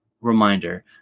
reminder